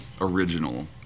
original